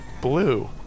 blue